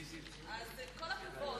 אז עם כל הכבוד,